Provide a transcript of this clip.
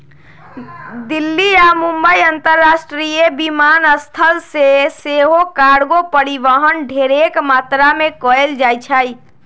दिल्ली आऽ मुंबई अंतरराष्ट्रीय विमानस्थल से सेहो कार्गो परिवहन ढेरेक मात्रा में कएल जाइ छइ